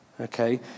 okay